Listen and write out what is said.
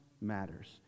matters